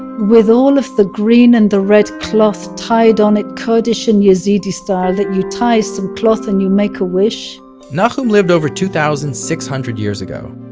with all of the green and the red cloth tied on it kurdish and yazidi style that you tie some cloth and you make a wish nahum lived over two-thousand-six-hundred years ago.